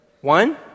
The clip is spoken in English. one